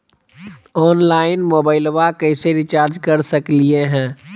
Online मोबाइलबा कैसे recharge कर सकलिए है?